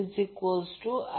तर 2 R PL 2 हे समीकरण 1 आहे